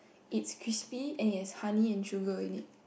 its crispy and it has honey and sugar in it